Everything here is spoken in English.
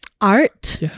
art